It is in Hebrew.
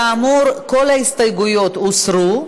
כאמור, כל ההסתייגויות הוסרו.